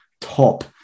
top